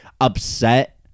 upset